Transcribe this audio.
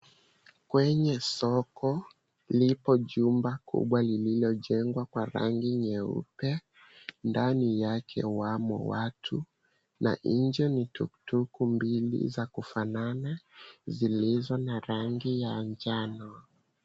Kwenye soko, lipo jumba kubwa lililojengwa kwa rangi nyeupe. Ndani yake wamo watu, na nje ni [tuktuk] mbili za kufanana zilizo na rangi ya njano.